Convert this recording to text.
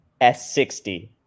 S60